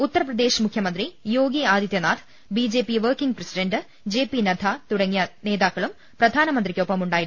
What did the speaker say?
ഉത്തർപ്പ്രദേശ് മുഖ്യമന്ത്രി Yogi Adityanath BJP working president JP Nadda തുട ങ്ങിയ നേതാക്കളും പ്രധാനമ്ന്ത്രീക്കൊപ്പമുണ്ടായിരുന്നു